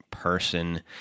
person